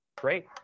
Great